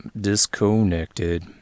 Disconnected